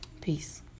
Peace